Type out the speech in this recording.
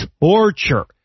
torture